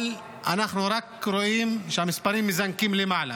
אבל אנחנו רואים רק שהמספרים מזנקים למעלה.